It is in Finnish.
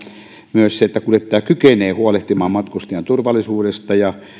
myös se että kuljettaja kykenee huolehtimaan matkustajan turvallisuudesta ja